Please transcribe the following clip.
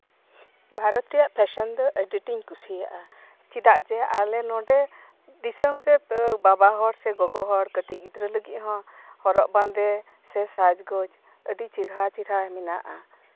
ᱵᱷᱟᱨᱚᱛ ᱨᱮᱭᱟᱜ ᱯᱷᱮᱥᱚᱱ ᱫᱚ ᱟᱹᱰᱤ ᱟᱸᱴᱤᱧ ᱠᱩᱥᱤᱭᱟᱜᱼᱟ ᱪᱮᱫᱟᱜ ᱡᱮ ᱟᱞᱮ ᱱᱚᱸᱰᱮ ᱫᱤᱥᱚᱢ ᱨᱮ ᱵᱟᱵᱟ ᱦᱚᱲ ᱥᱮ ᱜᱚᱜᱚ ᱦᱚᱲ ᱠᱟᱴᱤᱡ ᱜᱤᱫᱽᱨᱟᱹ ᱞᱟᱹᱜᱤᱫ ᱦᱚᱸ ᱦᱚᱨᱚᱜ ᱵᱟᱸᱫᱮ ᱥᱮ ᱥᱟᱡᱜᱳᱡᱽ ᱟᱹᱰᱤ ᱪᱮᱦᱨᱟ ᱪᱮᱦᱨᱟ ᱢᱮᱱᱟᱜᱼᱟ